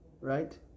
Right